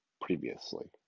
previously